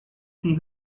see